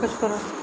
कशें करप